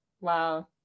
wow